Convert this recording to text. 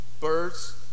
Birds